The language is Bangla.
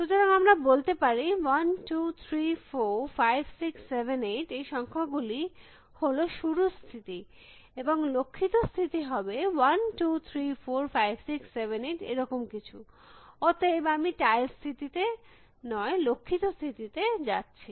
সুতরাং আমরা বলতে পারি 1 2 3 4 5 6 7 8 এই সংখ্যা গুলি হল শুরুর স্থিতি এবং লক্ষিত স্থিতি হবে 1 2 3 4 5 6 7 8 এরকম কিছু অতএব আমি টাইলস স্থিতিতে নয় লক্ষিত স্থিতি তে যাচ্ছি